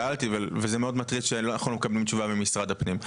שאלתי וזה מאוד מטריד שאנחנו לא מקבלים תשובה ממשרד הפנים.